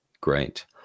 Great